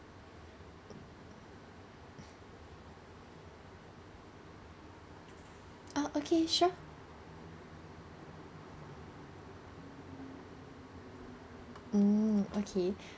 oh okay sure mm okay